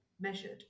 measured